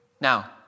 Now